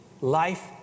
Life